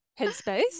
headspace